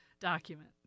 document